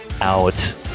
out